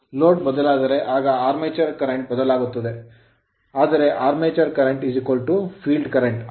Load load ಬದಲಾದರೆ ಆಗ armature current armature current ಬದಲಾಗುತ್ತದೆ ಆದರೆ armature current armature current field current field current